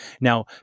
Now